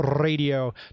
radio